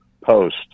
post